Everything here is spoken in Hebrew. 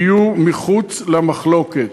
יהיו מחוץ למחלוקת.